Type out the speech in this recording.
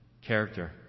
character